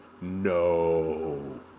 no